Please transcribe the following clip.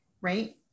right